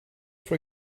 for